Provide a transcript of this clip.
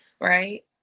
right